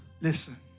listen